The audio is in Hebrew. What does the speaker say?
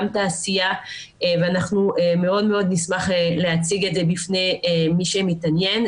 גם תעשייה ואנחנו מאוד נשמח להציג את זה בפני מי שמתעניין.